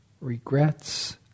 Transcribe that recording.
Regrets